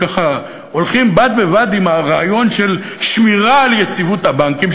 נלך בד בבד עם הרעיון של שמירה על יציבות הבנקים,